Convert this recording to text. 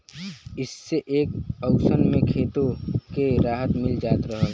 इह्से एक मउसम मे खेतो के राहत मिल जात रहल